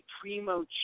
primo